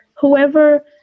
whoever